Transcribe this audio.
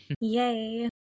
Yay